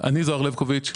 אני זוהר לבקוביץ,